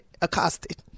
accosted